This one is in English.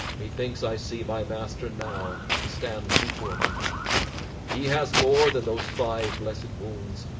methinks i see my master now he stands before me he has more than those five blest wounds.